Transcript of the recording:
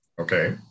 Okay